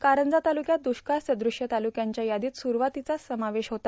कारंजा तालुक्याचा दुष्काळसदृश तालुक्यांच्या यादोत सुरूवातीलाच समावेश झाला